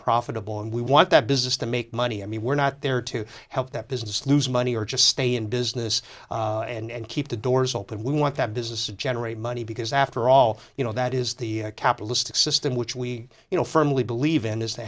profitable and we want that business to make money i mean we're not there to help that business lose money or just stay in business and keep the doors open we want that business to generate money because after all you know that is the a capitalistic system which we you know firmly believe in is t